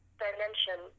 dimension